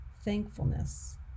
Thankfulness